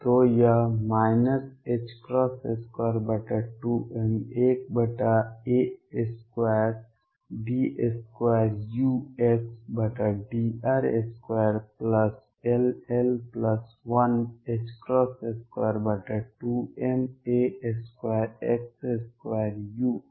तो यह 22m1a2d2uxdr2 ll122ma2x2u Ze24π0a1xu